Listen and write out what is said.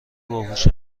باهوش